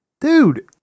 Dude